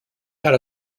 had